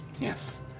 Yes